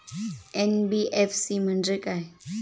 NBFC म्हणजे काय?